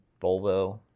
Volvo